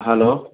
hello